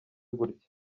gutya